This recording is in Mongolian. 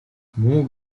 муу